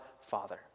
Father